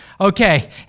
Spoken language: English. okay